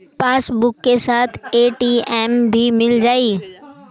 Passbook के साथ ATM भी मील जाई?